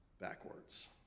backwards